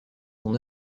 son